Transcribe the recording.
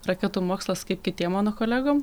raketų mokslas kaip kitiem mano kolegom